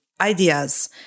ideas